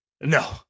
No